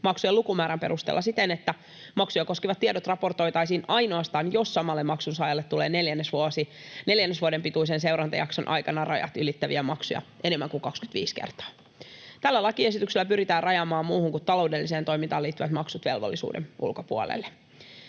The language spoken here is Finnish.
maksujen lukumäärän perusteella siten, että maksuja koskevat tiedot raportoitaisiin ainoastaan, jos samalle maksun saajalle tulee neljännesvuoden pituisen seurantajakson aikana rajat ylittäviä maksuja enemmän kuin 25 kertaa. Tällä lakiesityksellä pyritään rajaamaan muuhun kuin taloudelliseen toimintaan liittyvät maksut velvollisuuden ulkopuolelle.